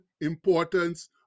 importance